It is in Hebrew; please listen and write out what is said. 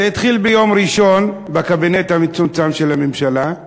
זה התחיל ביום ראשון בקבינט המצומצם של הממשלה,